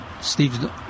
Steve